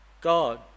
God